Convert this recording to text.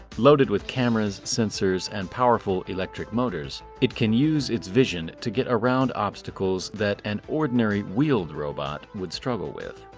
loaded with cameras, sensors and powerful electric motors, it can use it's vision to get around obstacles that an ordinary wheeled robot would struggle with.